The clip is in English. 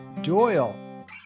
Doyle